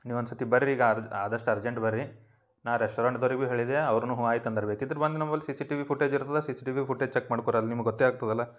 ನೀವು ಒಂದು ಸರ್ತಿ ಬರ್ರಿ ಈಗ ಆದ ಅದಷ್ಟು ಅರ್ಜೆಂಟ್ ಬರ್ರಿ ನಾ ರೆಸ್ಟೋರೆಂಟ್ದವರಿಗು ಹೇಳಿದೆ ಅವ್ರನ್ನೂ ಹ್ಞೂ ಆಯ್ತ ಅಂದರ ಬೇಕಿದ್ರ ಬಂದ ನಂಬಲ್ಲ ಸೀ ಸಿ ಟಿವಿ ಫುಟೇಜ್ ಇರ್ತದ C C TV footage check ಮಾಡ್ಕೊರೆ ಅಲ್ಲ ನಿಮ್ಗ ಗೊತ್ತೇ ಆಗ್ತದಲ್ಲ